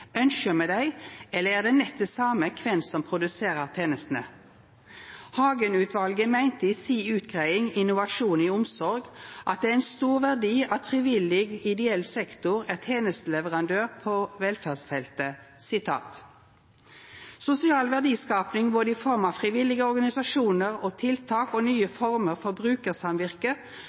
Ønskjer me dei, eller er det nett det same kven som produserer tenestene? Hagen-utvalet meinte i si utgreiing Innovasjon i omsorg at det er ein stor verdi at frivillig/ideell sektor er tenesteleverandør på velferdsfeltet: «Utvalget mener at sosial verdiskapning både i form av frivillige organisasjoner og tiltak og nye former for